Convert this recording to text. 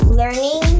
learning